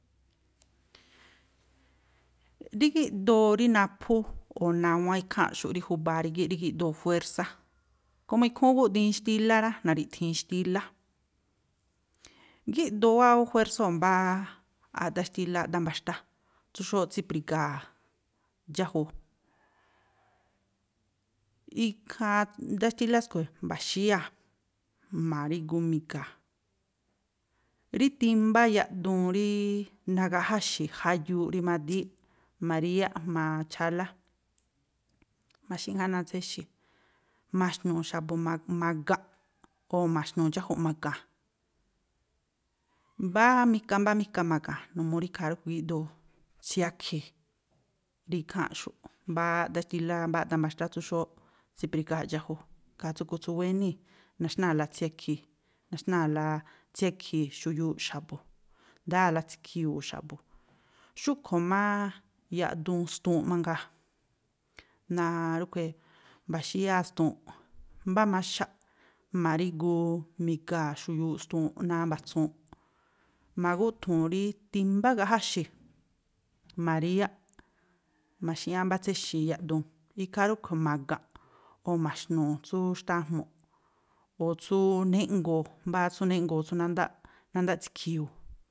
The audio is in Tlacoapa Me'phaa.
Rí gíꞌdoo rí naphú, o̱ nawán ikháa̱nꞌxu̱ꞌ rí júba̱a rígíꞌ, rí gíꞌdoo juérsá. Komo ikhúún gúꞌdiin xtílá rá, na̱ri̱ꞌthii̱n xtílá, gíꞌdoo wáa ú juérsóo̱ mbáá aꞌdá xtílá, aꞌdá mba̱xtá tsú xóó tsípri̱ga̱a̱ dxájuu. Ikhaa aꞌdá xtílá skui̱, mba̱xíyáa̱, ma̱rígu mi̱ga̱a̱, rí timbá yaꞌduun rííí nagaꞌjáxi̱ jayuuꞌ rimadííꞌ, ma̱ríyáꞌ jma̱a chálá, ma̱xi̱ꞌŋáꞌ náa̱ tséxi̱, ma̱xnu̱u̱ xa̱bu̱, ma̱ga̱nꞌ o̱ ma̱xnu̱u̱ dxáju̱nꞌ ma̱ga̱a̱n, mbá mika, mbá mika ma̱ga̱a̱n, numuu rí ikhaa ríꞌkhui̱ gíꞌdoo tsiakhi̱i̱ rí ikháa̱nꞌxu̱ꞌ, mbáá aꞌdá xtílá, mbáá aꞌdá mba̱xtá tsú xóóꞌ tsípríga̱a̱ dxájuu, ikhaa tsúꞌkhui̱ tsú wéníi̱, naxnáa̱la tsiakhi̱i̱, naxnáa̱la tsiakhi̱i̱ xuyuuꞌ xa̱bu̱. Ndayáa̱la tsiakhi̱yu̱u̱ xa̱bu̱. Xúꞌkhui̱ mááá yaꞌduun stuunꞌ mangaa, n rúꞌkhui̱, mba̱xíyáa̱ stuunꞌ, mbá maxaꞌ ma̱rígu mi̱ga̱a̱ xuyuuꞌ stuunꞌ náa̱ mba̱tsuunꞌ, ma̱gúꞌthu̱u̱n rí timbá igaꞌjáxi̱, ma̱ríyáꞌ, ma̱xi̱ꞌñáꞌ mbá tséxi̱ yaꞌduun, ikhaa rúꞌkhui̱ ma̱ga̱nꞌ o̱ ma̱xnu̱u̱ tsú xtáá jmu̱ꞌ, o̱ tsúúú jnéꞌngo̱o̱, mbáá tsú jnéꞌngo̱o̱ tsú nándáa̱ꞌ, nándá tsiakhi̱yu̱u̱.